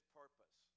purpose